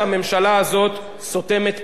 עכשיו יושב פה שר התקשורת,